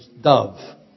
dove